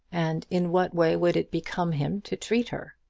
and in what way would it become him to treat her?